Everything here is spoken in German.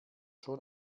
schon